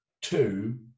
two